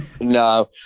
No